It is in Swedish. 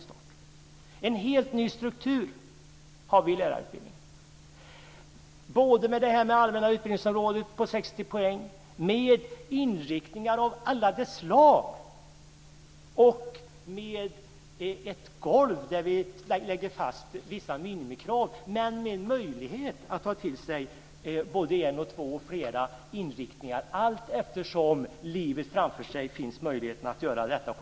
För det andra har vi en helt ny struktur i lärarutbildningen. Vi har dels det allmänna utbildningsområdet på 60 poäng med inriktningar av alla de slag, dels ett golv där vi lägger fast vissa minimikrav men ger möjlighet att senare i livet komma tillbaka till lärarutbildningen och ta till sig en, två eller flera inriktningar.